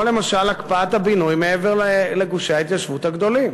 כמו למשל הקפאת הבינוי מעבר לגושי ההתיישבות הגדולים.